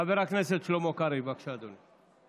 חבר הכנסת שלמה קרעי, בבקשה, אדוני.